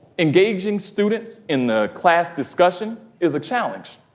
engaging students in the class discussion is a challenge.